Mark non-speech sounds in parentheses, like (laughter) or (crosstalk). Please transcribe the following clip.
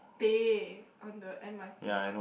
teh on the m_r_t (noise)